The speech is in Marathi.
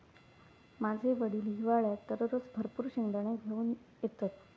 माझे वडील हिवाळ्यात दररोज भरपूर शेंगदाने घेऊन येतत